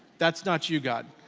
that's not you, god.